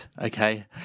Okay